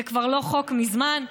זה לא חוק כבר מזמן?